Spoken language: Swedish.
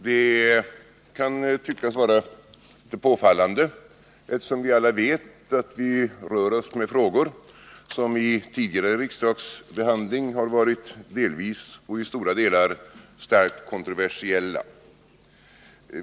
Det kan tyckas vara påfallande, eftersom vi alla vet att vi rör oss med frågor som vid tidigare riksdagsbehandling har varit i stora delar starkt kontroversiella.